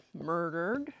murdered